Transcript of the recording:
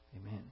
Amen